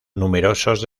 numerosos